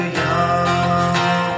young